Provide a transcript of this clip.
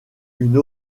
une